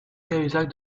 cahuzac